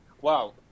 Wow